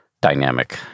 dynamic